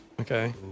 Okay